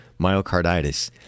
myocarditis